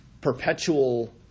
perpetual